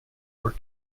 were